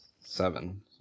Seven